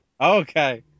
Okay